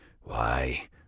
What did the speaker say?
Why